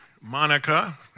Monica